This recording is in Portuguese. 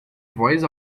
voz